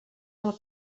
del